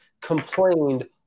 complained